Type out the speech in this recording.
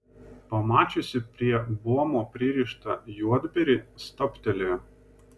pamačiusi prie buomo pririštą juodbėrį stabtelėjo